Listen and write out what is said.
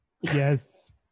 Yes